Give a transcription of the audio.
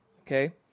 okay